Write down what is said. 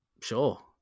Sure